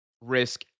risk